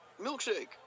milkshake